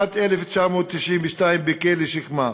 שנת 1992 בכלא "שקמה",